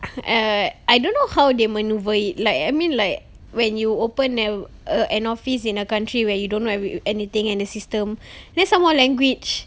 eh I don't know how they manoeuvre it like I mean like when you open a~ err an office in a country where you don't know anything and the system then someone language